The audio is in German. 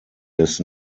des